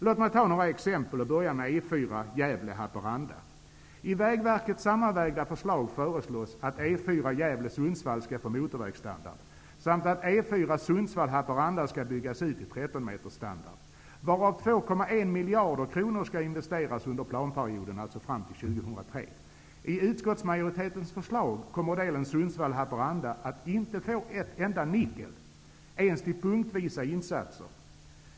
Låt mig ta några exempel och börja med E 4 2,1 miljarder kronor skall investeras under planperioden, alltså fram till år 2003. Sundsvall--Haparanda inte att få ett enda nickel, inte ens till punktvisa insatser.